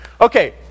okay